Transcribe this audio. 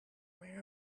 aware